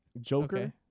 Joker